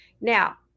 Now